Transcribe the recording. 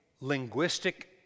linguistic